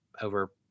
over